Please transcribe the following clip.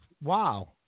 Wow